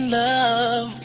love